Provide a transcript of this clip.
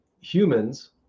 humans